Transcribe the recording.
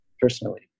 personally